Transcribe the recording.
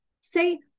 Say